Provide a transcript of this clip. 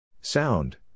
Sound